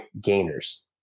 gainers